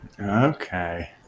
Okay